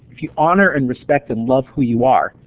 if you honor, and respect, and love who you are,